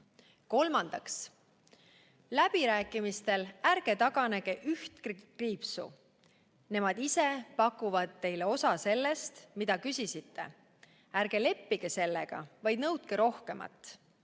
Kolmandaks, läbirääkimistel ärge taganege ühegi kriipsu võrra. Nemad ise pakuvad teile osa sellest, mida küsisite. Ärge leppige sellega, vaid nõudke rohkemat,